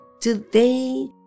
today